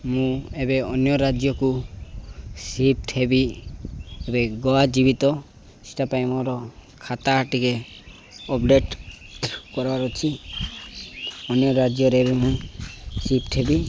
ମୁଁ ଏବେ ଅନ୍ୟ ରାଜ୍ୟକୁ ସିଫ୍ଟ ହେବି ଏବେ ଗୋଆ ଯିବି ତ ସେଟା ପାଇଁ ମୋର ଖାତା ଟିକେ ଅପଡେଟ୍ କରିବାର ଅଛି ଅନ୍ୟ ରାଜ୍ୟରେ ଏବେ ମୁଁ ସିଫ୍ଟ ହେବି